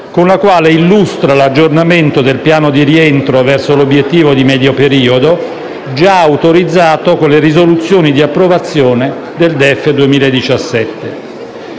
con la quale illustra l'aggiornamento del piano di rientro verso l'obiettivo di medio periodo, già autorizzato con le risoluzioni di approvazione del DEF 2017.